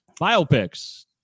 Biopics